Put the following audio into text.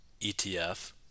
ETF